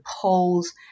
polls